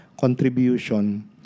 contribution